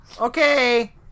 Okay